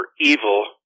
evil